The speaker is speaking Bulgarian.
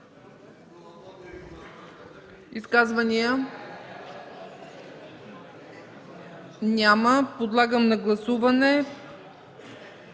Изказвания? Няма. Подлагам на гласуване